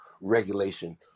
regulation